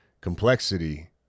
complexity